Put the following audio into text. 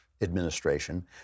administration